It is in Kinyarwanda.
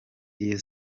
iyo